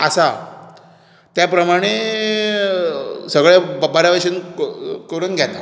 आसा ते प्रमाणे सगळे बऱ्या बशेन करून घेता